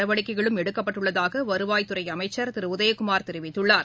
நடவடிக்கைகளும் எடுக்கப்பட்டுள்ளதாக வருவாய்த்துறை அமைச்சர் திரு உதயகுமார் தெரிவித்துள்ளார்